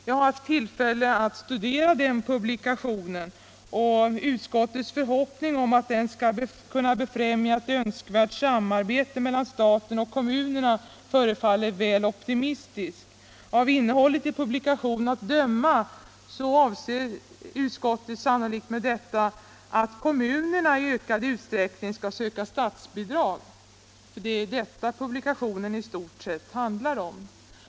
Jag har haft tillfälle att studera den publikationen, och utskottets förhoppning om att den skall kunna befrämja ett önskvärt samarbete mellan staten och kommunerna förefaller väl optimistisk. Av innehållet i publikationen att döma avser utskottet sannolikt att kommunerna i ökad utsträckning skall söka statsbidrag — publikationen handlar nämligen i huvudsak om den nuvarande statsbidragsgivningen.